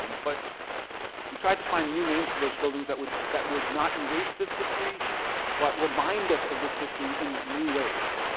um but we tried to find new names for those buildings that would that would not erase this history but remind us of this history in new ways.